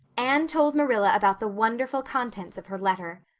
anne told marilla about the wonderful contents of her letter.